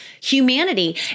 humanity